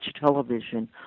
television